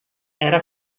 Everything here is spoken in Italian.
era